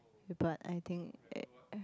but I think eh uh